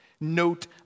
note